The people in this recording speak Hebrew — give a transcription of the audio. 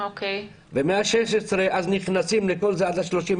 ומ-16 בחודש מפסיקים עד ל-31.